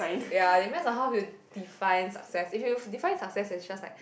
ya depends on how you define success if you define success as just like